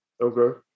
Okay